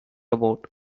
about